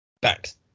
backs